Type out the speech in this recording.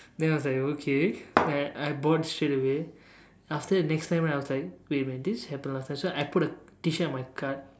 then I was like okay then I bought straight away after that the next time I was like wait a moment this happened last time so I put a T-shirt in my cart